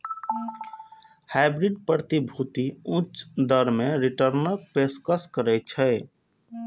hybrid प्रतिभूति उच्च दर मे रिटर्नक पेशकश करै छै